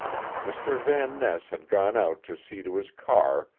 mr. van ness had gone out to see to his car,